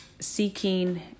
seeking